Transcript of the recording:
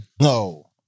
No